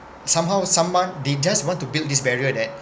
somehow someone they just want to build this barrier that